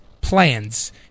plans